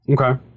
Okay